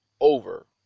over